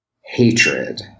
hatred